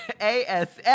ASS